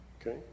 okay